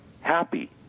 happy